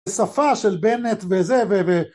שפה של בנט וזה, ו, ו,